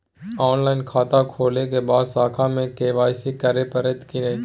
Online खाता खोलै के बाद शाखा में के.वाई.सी करे परतै की?